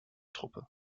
truppe